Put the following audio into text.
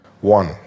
One